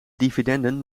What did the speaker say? dividenden